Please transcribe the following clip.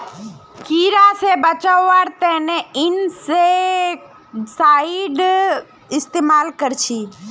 कीड़ा से बचावार तने इंसेक्टिसाइड इस्तेमाल कर छी